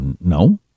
No